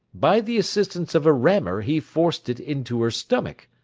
by the assistance of a rammer he forced it into her stomach.